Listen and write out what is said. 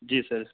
جی سر